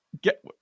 get